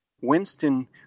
Winston